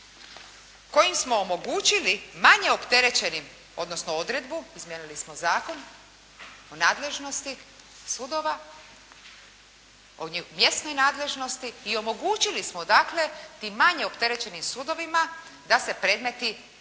kojim smo omogućili manje opterećenim, odnosno odredbu, izmijenili smo Zakon o nadležnosti sudova, o mjesnoj nadležnosti i omogućili smo dakle tim manje opterećenim sudovima da se predmeti sa